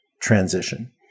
transition